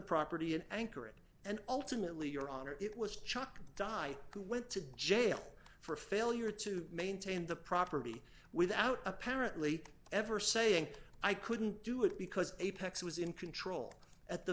property in anchorage and ultimately your honor it was chucked di who went to jail for failure to maintain the property without apparently ever saying i couldn't do it because apex was in control at the